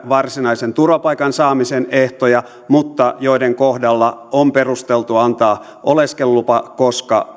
varsinaisen turvapaikan saamisen ehtoja mutta joiden kohdalla on perusteltua antaa oleskelulupa koska